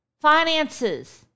finances